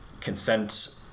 consent